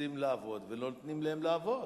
שרוצים לעבוד ולא נותנים להם לעבוד.